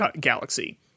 Galaxy